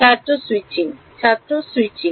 ছাত্র স্যুইচিং ছাত্র স্যুইচিং